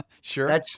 Sure